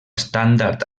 estàndard